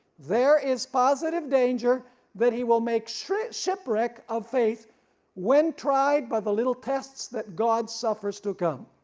there is positive danger that he will make shipwreck shipwreck of faith when tried by the little tests that god suffers to come.